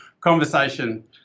conversation